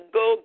go